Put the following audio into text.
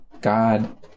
God